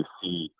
see